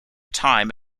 time